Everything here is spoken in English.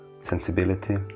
sensibility